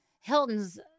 Hilton's